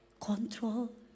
Control